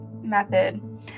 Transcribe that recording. method